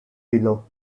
below